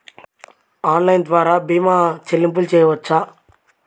Online ద్వార భీమా చెల్లింపులు చేయవచ్చా?